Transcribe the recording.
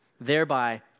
thereby